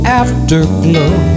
afterglow